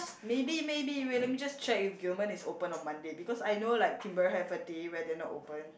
maybe maybe wait let me just check if Gilman is open on Monday because I know like Timbre have a day where they're not open